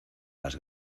las